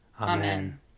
Amen